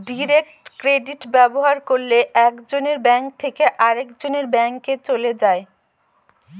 direct credit ব্যবহার করলে এক জনের ব্যাঙ্ক থেকে আরেকজনের ব্যাঙ্কে চলে যায়